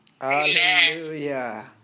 Hallelujah